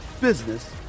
business